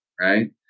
Right